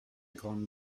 grande